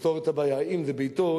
אם זה ביתו,